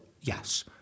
yes